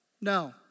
No